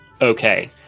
Okay